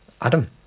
adam